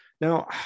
Now